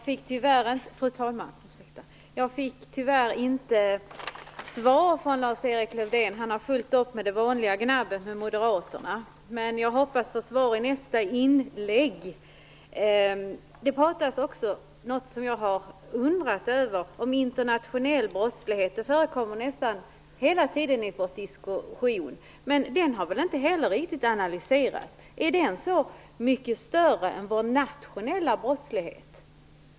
Fru talman! Jag fick tyvärr inte något svar från Lars-Erik Lövdén. Han hade fyllt upp med det vanliga gnabbet från Moderaterna. Men jag hoppas få svar i nästa inlägg. Det talas också - något som jag har undrat över - om internationell brottslighet. Det förekommer hela tiden i vår diskussion. Men den har väl inte heller riktigt analyserats. Är den så mycket större än vår nationella brottsligheten?